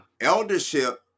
Eldership